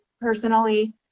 personally